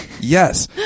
Yes